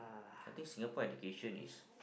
I thinks Singapore education is